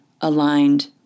aligned